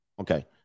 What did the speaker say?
Okay